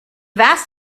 vast